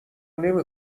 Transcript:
نمی